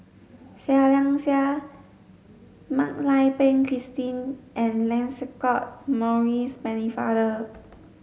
Seah Liang Seah Mak Lai Peng Christine and Lancelot Maurice Pennefather